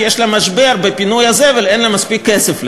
כי יש לה משבר בפינוי הזבל ואין לה מספיק כסף לזה.